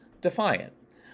defiant